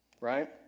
Right